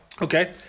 Okay